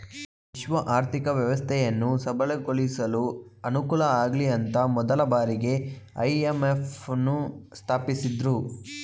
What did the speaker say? ವಿಶ್ವ ಆರ್ಥಿಕ ವ್ಯವಸ್ಥೆಯನ್ನು ಸಬಲಗೊಳಿಸಲು ಅನುಕೂಲಆಗ್ಲಿಅಂತ ಮೊದಲ ಬಾರಿಗೆ ಐ.ಎಂ.ಎಫ್ ನ್ನು ಸ್ಥಾಪಿಸಿದ್ದ್ರು